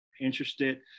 interested